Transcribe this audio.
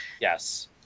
Yes